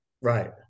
Right